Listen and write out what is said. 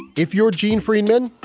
if you're gene freidman,